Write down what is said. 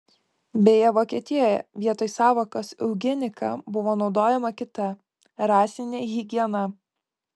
beje vokietijoje vietoj sąvokos eugenika buvo naudojama kita rasinė higiena